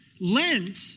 Lent